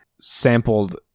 sampled